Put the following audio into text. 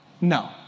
No